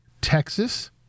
Texas